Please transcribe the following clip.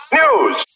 news